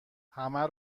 همه